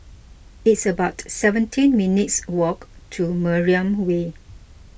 it's about seventeen minutes' walk to Mariam Way